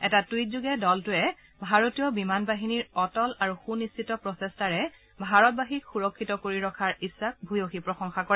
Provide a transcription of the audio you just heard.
এটা টুইটযোগে দলটোৱে ভাৰতীয় বিমান বাহিনীৰ অটল আৰু সুনিশ্চিত প্ৰচেষ্টাৰে ভাৰতবাসীক সুৰক্ষিত কৰি ৰখাৰ ইচ্ছাক ভূয়সী প্ৰশংসা কৰে